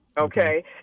Okay